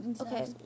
Okay